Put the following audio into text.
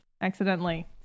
accidentally